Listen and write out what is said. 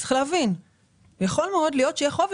יכול מאוד להיות שיהיה חוב.